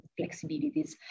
flexibilities